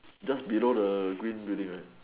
just below the green building right